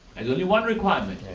and is only one requirement.